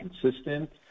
consistent